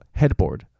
,headboard